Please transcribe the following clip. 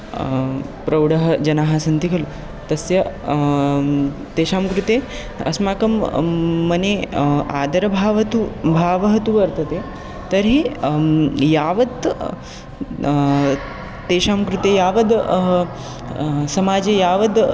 प्रौढः जनाः सन्ति खलु तस्य तेषां कृते अस्माकं मने आदरभावः तु भावः तु वर्तते तर्हि यावत् स् तेषां कृते यावद् समाजे यावद्